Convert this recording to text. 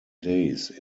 days